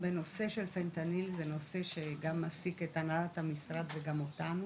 אנחנו בנושא של פנטניל זה נושא שגם מעסיק את הנהלת המשרד וגם אותנו